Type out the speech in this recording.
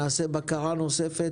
נעשה בקרה נוספת.